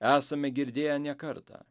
esame girdėję ne kartą